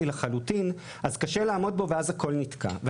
לחלוטין אז קשה לעמוד בו ואז הכול נתקע.